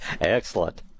Excellent